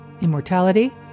Immortality